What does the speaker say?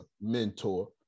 mentor